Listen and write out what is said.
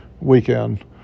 weekend